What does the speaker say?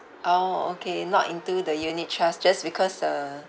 orh okay not into the unit trust just because uh